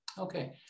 Okay